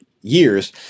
years